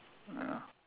ya